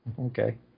Okay